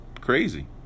crazy